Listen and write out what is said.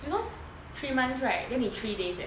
you know three months right then they three days eh